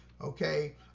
Okay